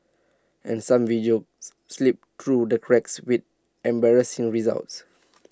and some videos slip through the cracks with embarrassing results